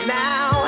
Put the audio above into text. now